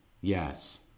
Yes